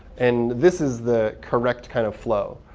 and this is the correct kind of flow.